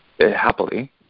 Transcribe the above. happily